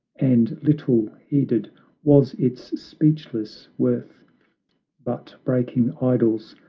and little heeded was its speechless worth but breaking idols,